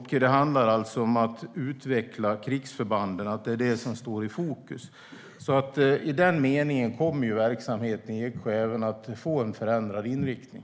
Det handlar om att utveckla krigsförbanden. Det är vad som står i fokus. I den meningen kommer även verksamheten i Eksjö att få en förändrad inriktning.